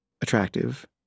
attractive